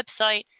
website